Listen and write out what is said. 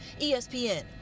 ESPN